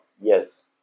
yes